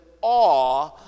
awe